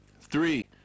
Three